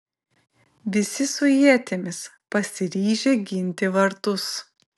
visi su ietimis pasiryžę ginti vartus